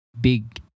big